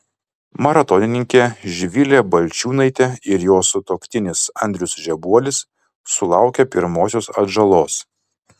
maratonininkė živilė balčiūnaitė ir jos sutuoktinis andrius žebuolis sulaukė pirmosios atžalos